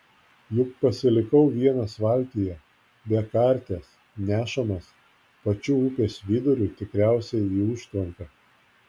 juk pasilikau vienas valtyje be karties nešamas pačiu upės viduriu tikriausiai į užtvanką